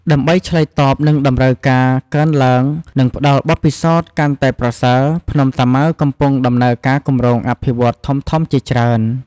ដើម្បីឆ្លើយតបនឹងតម្រូវការកើនឡើង និងផ្តល់បទពិសោធន៍កាន់តែប្រសើរ ភ្នំតាម៉ៅកំពុងដំណើរការគម្រោងអភិវឌ្ឍន៍ធំៗជាច្រើន។